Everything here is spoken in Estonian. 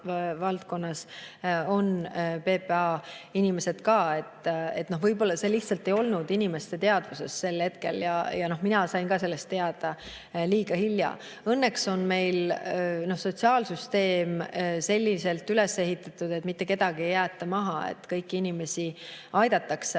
ka PPA inimesed. Võib-olla see lihtsalt ei olnud inimeste teadvuses sel hetkel. Mina sain sellest teada liiga hilja. Õnneks on meie sotsiaalsüsteem üles ehitatud selliselt, et mitte kedagi ei jäeta maha, kõiki inimesi aidatakse.